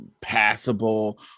passable